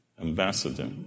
Ambassador